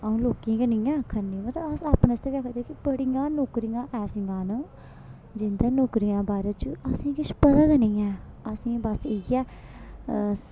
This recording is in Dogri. आ'ऊं लोकें गै नी ऐ आखा नी मतलब अस अपने आस्तै बी आखा ने कि बडियां नौकरियां ऐसियां न जिंदे नौकरियें दे बारे च असें किश पता गै नी ऐ असें बस इ'यै